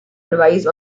advise